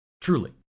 truly